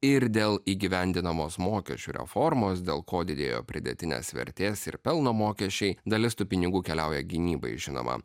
ir dėl įgyvendinamos mokesčių reformos dėl ko didėjo pridėtinės vertės ir pelno mokesčiai dalis tų pinigų keliauja gynybai žinoma